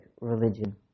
religion